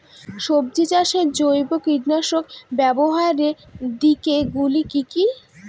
সবজি চাষে জৈব কীটনাশক ব্যাবহারের দিক গুলি কি কী?